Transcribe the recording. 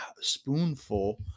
spoonful